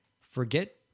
Forget